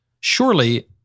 surely